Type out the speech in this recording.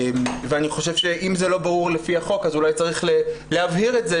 ואם זה לא ברור לפי החוק אז אולי צריך להבהיר את זה,